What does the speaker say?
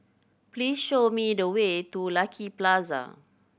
please show me the way to Lucky Plaza